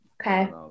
okay